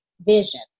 vision